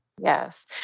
Yes